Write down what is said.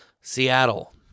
Seattle